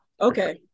okay